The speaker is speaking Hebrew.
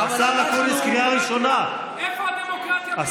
אתה מדבר על דמוקרטיה?